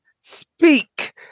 speak